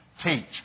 teach